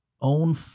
own